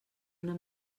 una